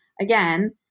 again